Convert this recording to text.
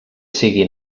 sigui